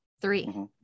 Three